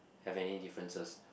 have any differences